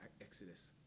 Exodus